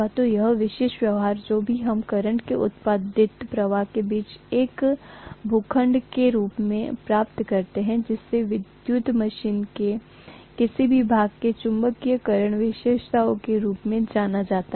तो यह विशेष व्यवहार जो भी हम करंट में उत्पादित प्रवाह के बीच एक भूखंड के रूप में प्राप्त करते हैं जिसे विद्युत मशीन के किसी भी भाग के चुंबकीयकरण विशेषताओं के रूप में जाना जाता है